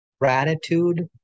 gratitude